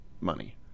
money